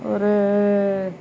ஒரு